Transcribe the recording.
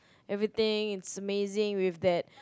everything is amazing with that